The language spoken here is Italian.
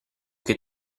che